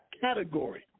category